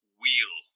wheel